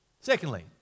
Secondly